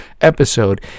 episode